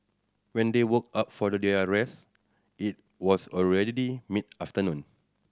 when they woke up for their rest it was already mid afternoon